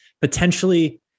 potentially